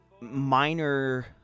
minor